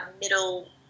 middle